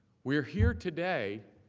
were here today,